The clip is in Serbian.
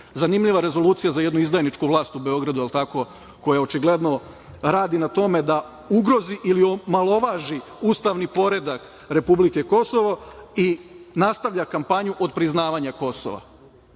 Zanimljiva rezolucija za jednu izdajničku vlast u Beogradu, jel tako, koja očigledno radi na tome da ugrozi ili omalovaži ustavni poredak republike Kosovo i nastavlja kampanju otpriznavanja Kosova.